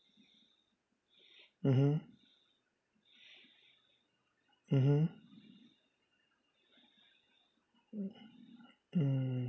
mmhmm mmhmm mm